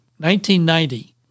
1990